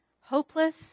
hopeless